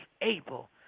able